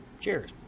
Cheers